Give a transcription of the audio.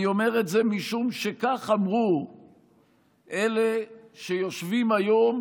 אני אומר את זה משום שכך אמרו אלה שיושבים היום